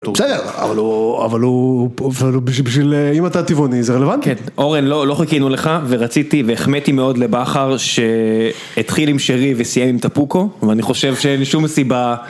בסדר, אבל הוא בשביל... אם אתה טבעוני, זה רלוונטי. אורן, לא חיכינו לך, ורציתי, והחמאתי מאוד לבכר שהתחיל עם שרי וסיים עם טבוקו, ואני חושב ששום סיבה...